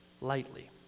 lightly